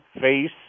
face